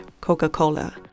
Coca-Cola